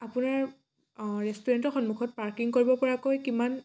আপোনাৰ অঁ ৰেষ্টুৰেণ্টৰ সন্মুখত পাৰ্কিং কৰিব পৰাকৈ কিমান